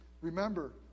Remember